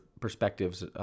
perspectives